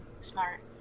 smart